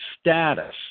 status